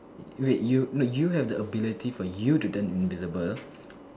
wait you no you have the ability for you to turn invisible